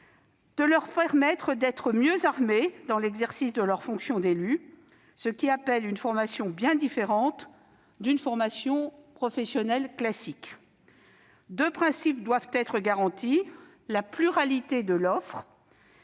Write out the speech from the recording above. de leur permettre d'être mieux « armés » dans l'exercice de leur fonction d'élu, ce qui appelle une formation bien différente d'une formation professionnelle classique. Deux principes doivent être garantis : la pluralité de l'offre-